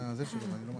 (הישיבה